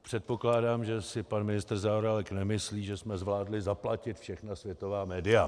Předpokládám, že si pan ministr Zaorálek nemyslí, že jsme zvládli zaplatit všechna světová média.